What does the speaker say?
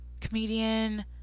Comedian